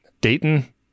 Dayton